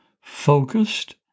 focused